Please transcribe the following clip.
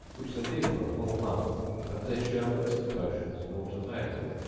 which they did for a whole month but their sherbets and potions naught availed,